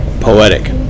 Poetic